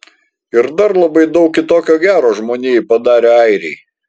ir dar labai daug kitokio gero žmonijai padarę airiai